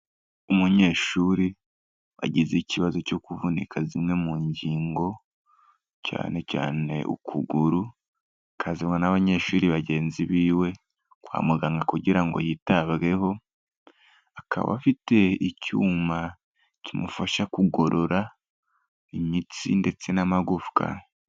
Umunyeshuri wagize ikibazo cyo kuvunika zimwe mu ngingo cyane cyane ukuguru, aba azanywe n'abanyeshuri bagenzi biwe kwa muganga kugira ngo yitabweho, akaba afite icyuma kimufasha kugorora imitsi ndetse n'amagufwa.